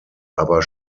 aber